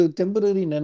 temporary